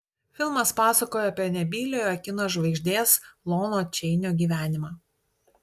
filmas pasakojo apie nebyliojo kino žvaigždės lono čeinio gyvenimą